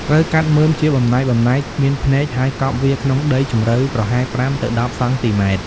ត្រូវកាត់មើមជាបំណែកៗ មានភ្នែក ហើយកប់វាក្នុងដីជម្រៅប្រហែល ៥ ទៅ ១០ សង់ទីម៉ែត្រ។